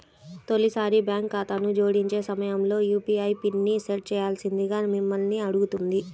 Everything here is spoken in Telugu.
తొలిసారి బ్యాంక్ ఖాతాను జోడించే సమయంలో యూ.పీ.ఐ పిన్ని సెట్ చేయాల్సిందిగా మిమ్మల్ని అడుగుతుంది